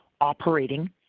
operating